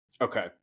Okay